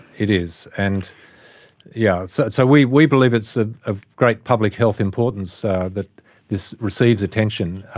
it is. and yeah so so we we believe it's ah of great public health importance that this receives attention.